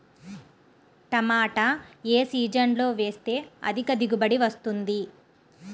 టమాటా ఏ సీజన్లో వేస్తే అధిక దిగుబడి వస్తుంది?